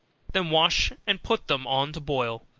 then wash and put them on to boil,